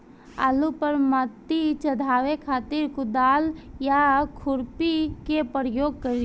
आलू पर माटी चढ़ावे खातिर कुदाल या खुरपी के प्रयोग करी?